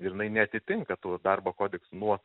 ir jinai neatitinka tų darbo kodekso nuost